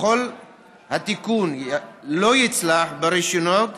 ככל שהתיקון לא יצלח ברישיונות,